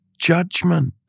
judgment